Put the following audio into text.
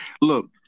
Look